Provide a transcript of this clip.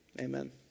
Amen